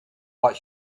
what